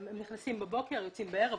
הם נכנסים בבוקר ויוצאים בערב,